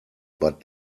but